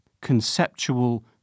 conceptual